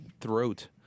throat